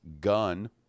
Gun